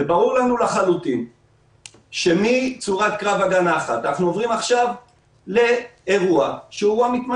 ברור לנו לחלוטין שמצורת קרב הגנה אחת אנחנו עוברים עכשיו לאירוע מתמשך,